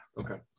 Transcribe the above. Okay